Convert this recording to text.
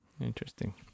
Interesting